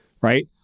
Right